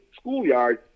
schoolyard